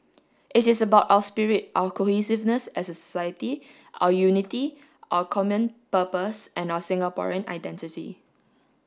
it is about our spirit our cohesiveness as a society our unity our common purpose and our Singaporean identity